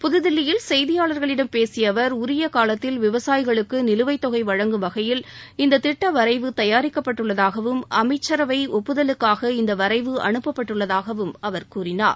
புதுதில்லியில் செய்தியாளர்களிடம் பேசிய அவர் உரிய காலத்தில் விவசாயிகளுக்கு நிலுவைத்தொகை வழங்கும் வகையில் இந்தத் திட்ட வரைவு தயாரிக்கப்பட்டுள்ளதாகவும் அளமச்சரவை ஒப்புதடுள்ளதாகவும் அமைச்சரவை ஒப்புதலுக்காக இந்த வரைவு அனுப்பப்பட்டுள்ளதாகவும் அவர் கூறினார்